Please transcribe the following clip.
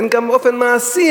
אין גם באופן מעשי,